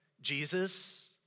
Jesus